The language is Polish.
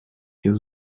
jest